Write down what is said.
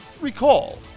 recall